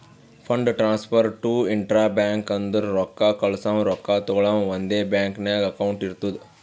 fund transfer to intra bank ಅಂದುರ್ ರೊಕ್ಕಾ ಕಳ್ಸವಾ ರೊಕ್ಕಾ ತಗೊಳವ್ ಒಂದೇ ಬ್ಯಾಂಕ್ ನಾಗ್ ಅಕೌಂಟ್ ಇರ್ತುದ್